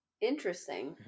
Interesting